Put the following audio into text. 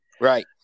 Right